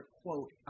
quote